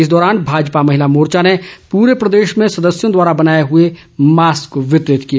इस दौरान भाजपा महिला मोर्चा ने पूरे प्रदेश में सदस्यों द्वारा बनाए हुए मास्क वितरित किए